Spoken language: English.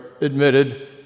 admitted